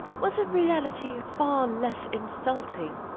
was in reality far less insulting.